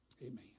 Amen